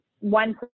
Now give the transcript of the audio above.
one